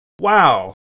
Wow